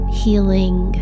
healing